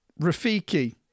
Rafiki